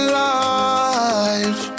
life